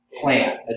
plan